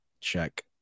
check